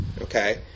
Okay